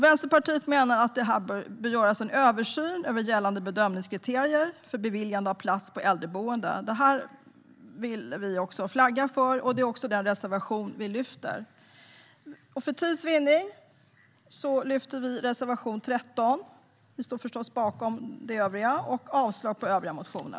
Vänsterpartiet menar att det behöver göras en översyn över gällande bedömningskriterier för beviljande av plats på äldreboende. Denna fråga vill vi flagga för, och det är den reservationen vi yrkar bifall till. För tids vinnande yrkar vi bifall endast till reservation 13. Vi står förstås bakom övriga reservationer, och vi yrkar avslag på övriga motioner.